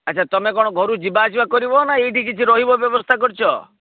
ଆଚ୍ଛା ତମେ କ'ଣ ଘରୁ ଯିବା ଆସିବା କରିବ ନା ଏଇଠି କିଛି ରହିବ ବ୍ୟବସ୍ଥା କରିଛ